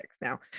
Now